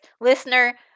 listener